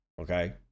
okay